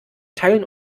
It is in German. teilen